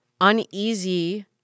uneasy